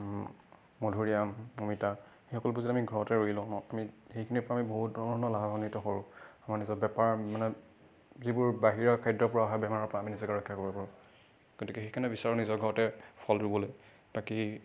মধুৰিআম অমিতা সেই সকলোবোৰ যদি আমি ঘৰতে ৰুই লওঁ আমি সেইখিনিৰ পৰা আমি বহুত ধৰণৰ লাভাৱান্বিত কৰোঁ আমাৰ নিজৰ বেপাৰ মানে যিবোৰ বাহিৰা খাদ্যৰ পৰা অহা বেমাৰৰ পৰা আমি নিজকে ৰক্ষা কৰিব পাৰোঁ গতিকে সেইকাৰণে বিচাৰোঁ নিজৰ ঘৰতে ফল ৰুবলৈ বাকী